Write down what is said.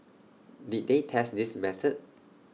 did they test this method